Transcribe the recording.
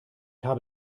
habe